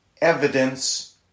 evidence